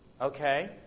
Okay